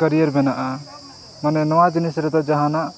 career ᱵᱮᱱᱟᱜᱼᱟ ᱢᱟᱱᱮ ᱱᱚᱣᱟ ᱡᱤᱱᱤᱥ ᱨᱮᱫᱚ ᱡᱟᱦᱟᱱᱟᱜ